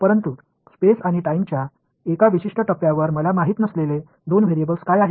ஆனால் ஸ்பேஸ் மற்றும் நேரத்தின் ஒரு குறிப்பிட்ட கட்டத்தில் எனக்குத் தெரியாத 2 மாறிகள் யாவை